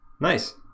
nice